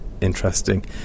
interesting